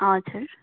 हजुर